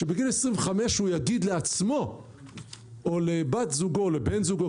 שבגיל 25 הוא יגיד לעצמו או לבת זוגו או לבן זוגו